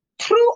true